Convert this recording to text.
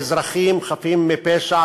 באזרחים חפים מפשע,